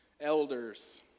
elders